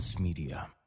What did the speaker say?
media